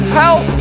help